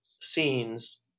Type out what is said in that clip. scenes